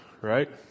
right